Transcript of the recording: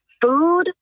food